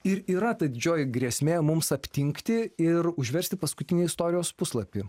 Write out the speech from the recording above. ir yra ta didžioji grėsmė mums aptingti ir užversti paskutinį istorijos puslapį